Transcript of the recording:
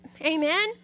Amen